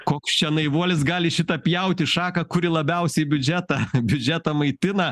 koks čia naivuolis gali šitą pjauti šaką kuri labiausiai biudžetą biudžetą maitina